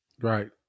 right